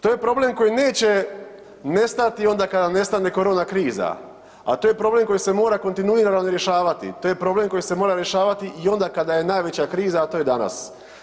To je problem koji neće nestati onda kada nestane korona kriza, a to je problem koji se mora kontinuirano rješavati, to je problem koji se mora rješavati i onda kada je najveća kriza, a to je danas.